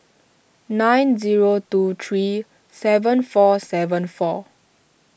nine zero two three seven four seven four